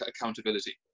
accountability